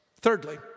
Thirdly